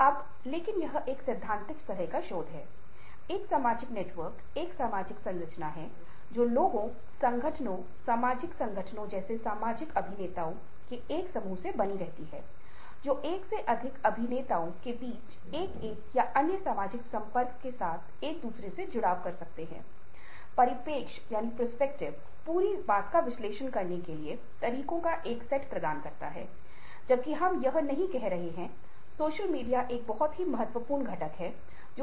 मान लीजिए एक प्रबंधक के पास एक तंग समय सीमा है इसलिए स्वयं जागरूक होने या यह जानने के लिए कि नौकरी पूरी होने के लिए एक तंग समय सीमा है या पूरा होने के लिए एक असाइनमेंट है वह पहले से एक योजना बनाएगा ताकि नौकरी समय पर होजय